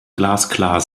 glasklar